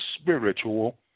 spiritual